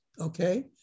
okay